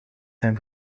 zijn